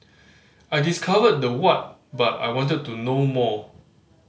I discovered the what but I wanted to know more